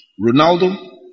Ronaldo